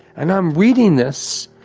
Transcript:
and i'm reading this,